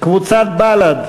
לא נתקבלה.